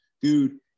dude